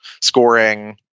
scoring